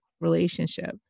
relationship